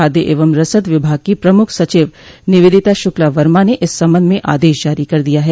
खाद्य एवं रसद विभाग की प्रमुख सचिव निवेदिता श्रक्ला वर्मा ने इस संबंध में आदेश जारी कर दिया है